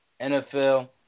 NFL